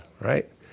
right